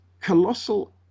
colossal